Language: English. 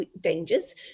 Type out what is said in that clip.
dangers